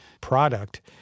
product